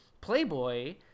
playboy